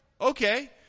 Okay